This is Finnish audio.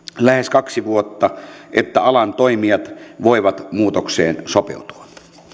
lähes kaksi vuotta niin että alan toimijat voivat muutokseen sopeutua